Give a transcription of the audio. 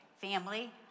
family